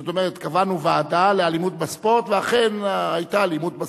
זאת אומרת קבענו ועדה לאלימות בספורט ואכן היתה אלימות בספורט.